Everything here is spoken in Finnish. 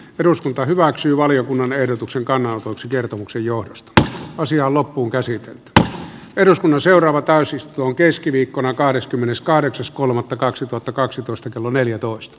eduskunta hyväksyy valiokunnan ehdotuksen kannatuksen kertomuksen johdosta tätä asiaa loppuunkäsite että eduskunnan seuraava täysistuntoon keskiviikkona kahdeskymmeneskahdeksas kolmannetta kaksituhattakaksitoista kello neljätoista